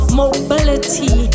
mobility